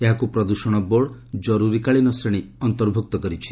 ଏହାକୁ ପ୍ରଦୂଷଣ ବୋର୍ଡ କରୁରୀକାଳୀନ ଶ୍ରେଣୀର ଅନ୍ତର୍ଭୁକ୍ତ କରିଛି